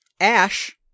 Ash